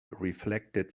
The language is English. reflected